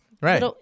Right